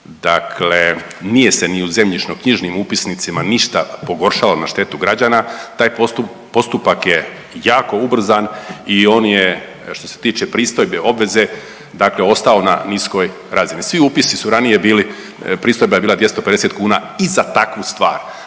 dakle nije se ni u zemljišno-knjižnim upisnicima ništa pogoršalo na štetu građana, taj postupak je jako ubrzan i on je što se tiče pristojbe, obveze dakle ostao na niskoj razini. Svi upisi su ranije bili, pristojba je bila 250 kuna i za takvu stvar.